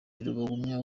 rubagumya